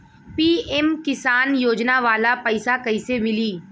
PM Kisan योजना वाला पैसा कईसे मिली?